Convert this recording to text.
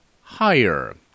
higher